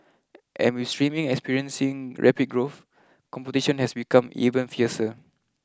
and with streaming experiencing rapid growth competition has become even fiercer